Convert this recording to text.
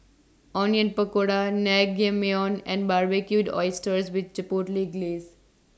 Onion Pakora Naengmyeon and Barbecued Oysters with Chipotle Glaze